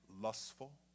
lustful